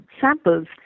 samples